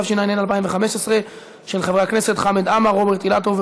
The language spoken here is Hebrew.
27 תומכים, אין מתנגדים, אין נמנעים.